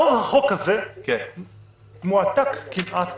רוב החוק הזה מועתק כמעט